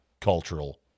cultural